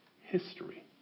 History